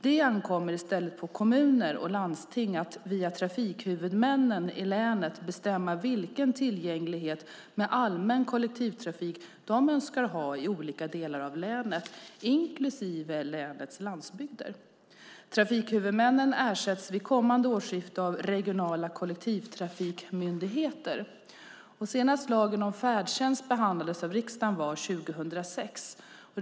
Det ankommer i stället på kommuner och landsting att via trafikhuvudmännen i länet bestämma vilken tillgänglighet med allmän kollektivtrafik de önskar ha i olika delar av länet, inklusive i länets landsbygder. Trafikhuvudmännen ersätts vid kommande årsskifte av regionala kollektivtrafikmyndigheter. Senast lagen om färdtjänst behandlades av riksdagen var 2006.